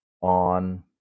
on